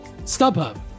StubHub